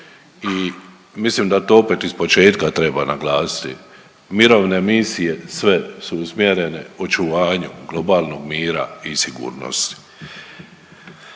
I mislim da to opet ispočetka treba naglasiti, mirovne misije, sve su u usmjerene očuvanju globalnog mira i sigurnosti.